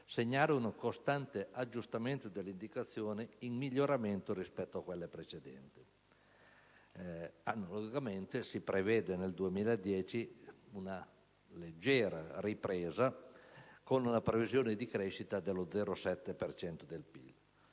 segnare un costante aggiustamento delle indicazioni in miglioramento rispetto a quelle precedenti. Analogamente, si prevede nel 2010 una leggera ripresa, con una previsione di crescita dello 0,7 per